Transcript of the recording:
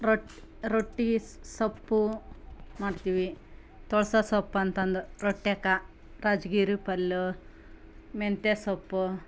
ರೊಟ್ಟಿ ರೊಟ್ಟಿ ಸೊಪ್ಪು ಮಾಡ್ತೀವಿ ತೊಳ್ಸೋ ಸೊಪ್ಪು ಅಂತಂದು ರೋಟ್ಟಿಕ ರಾಜ್ಗಿರ ಪಲ್ಯ ಮೆಂತ್ಯೆ ಸೊಪ್ಪು